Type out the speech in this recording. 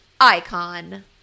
icon